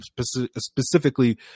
specifically